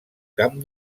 camp